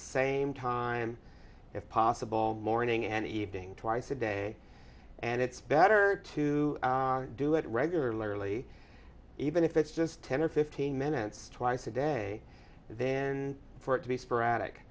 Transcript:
same time if possible morning and evening twice a day and it's better to do it regularly even if it's just ten or fifteen minutes twice a day then for it to be sporadic